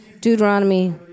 Deuteronomy